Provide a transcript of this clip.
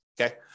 okay